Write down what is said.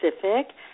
Pacific